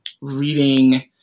reading